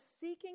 seeking